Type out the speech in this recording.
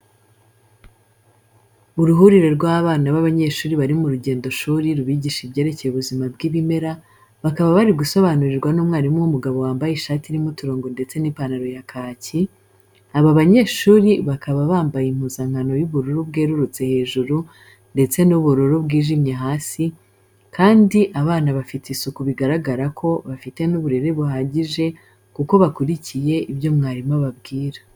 Uruhurire rw'abana b'abanyeshuri bari m'urugendoshuri rubigisha ibyerekeye ubuzima bw'ibimera, bakaba bari gusobanurirwa n'umwarimu w'umugabo wambaye ishati irimo uturongo ndetse nipantaro ya kacyi, aba banyeshuri bakaba bambaye impuzankano y'ubururu bwerurutse hejuru ndetse n'ubururu bwijimye hasi kandi abana bafite isuku bigaragara ko bafite n'uburere buhagije kuko bakurikiye ibyo mwarimu ababwira.